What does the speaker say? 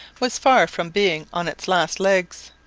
was far from being on its last legs.